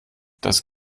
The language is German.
das